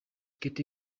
katy